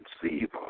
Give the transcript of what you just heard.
conceive